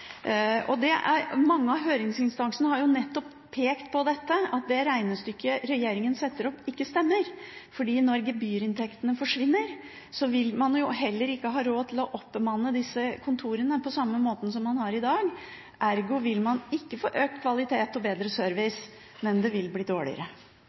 Mange av høringsinstansene har nettopp pekt på dette, at det regnestykket regjeringen setter opp, ikke stemmer. Når gebyrinntektene forsvinner, vil man heller ikke ha råd til å oppbemanne disse kontorene på samme måten som man har i dag – ergo vil man ikke få økt kvalitet og bedre